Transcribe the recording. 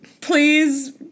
Please